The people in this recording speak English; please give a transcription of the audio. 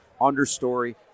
understory